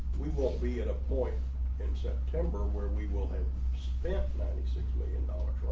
we will be at a point in september where we will have spent ninety six million dollars, right?